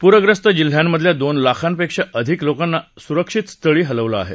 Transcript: पूरग्रस्त जिल्ह्यांमधल्या दोन लाखांपेक्षा अधिक लोकांना सुरक्षित स्थळी हलवलं आहे